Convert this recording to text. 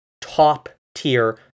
top-tier